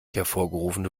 hervorgerufene